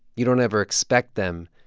you don't ever expect them.